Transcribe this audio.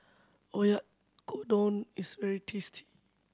oyakodon is very tasty